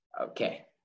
Okay